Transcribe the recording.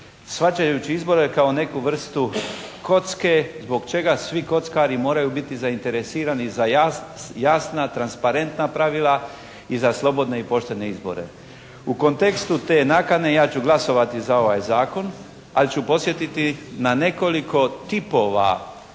shvaćajući izbore kao neku vrstu kocke zbog čega svi kockari moraju biti zainteresirani za jasna transparentna pravila i za slobodne i poštene izbore. U kontekstu te nakane ja ću glasovati za ovaj Zakon, ali ću podsjetiti na nekoliko tipova